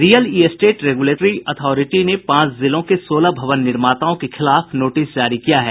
real estate regulatory authority ने पांच जिलों के सोलह भवन निर्माताओं के खिलाफ नोटिस जारी किया है